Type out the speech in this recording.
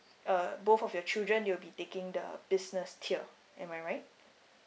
uh both of your children they will be taking the business tier am I right